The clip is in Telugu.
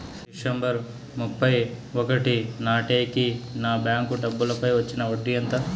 డిసెంబరు ముప్పై ఒకటి నాటేకి నా బ్యాంకు డబ్బుల పై వచ్చిన వడ్డీ ఎంత?